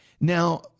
Now